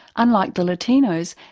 unlike the latinos,